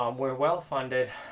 um we are well funded